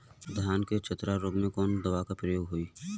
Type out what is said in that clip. धान के चतरा रोग में कवन दवा के प्रयोग होई?